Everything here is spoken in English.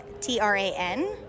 T-R-A-N